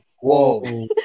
whoa